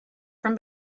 from